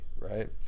right